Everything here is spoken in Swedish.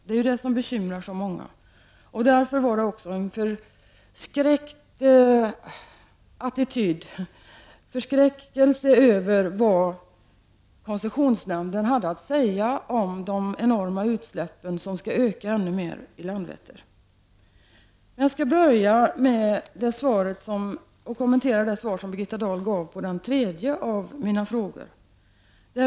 Det är det som bekymrar så många. Det är därav förskräckelsen kommer över vad koncessionsnämnden hade att säga om de enorma utsläpp som skall öka ännu mer på Landvetter. Jag skall först kommentera det svar som Birgitta Dahl gav på den tredje av mina frågor.